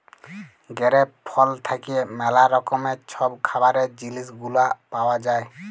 grape ফল থ্যাইকে ম্যালা রকমের ছব খাবারের জিলিস গুলা পাউয়া যায়